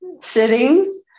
sitting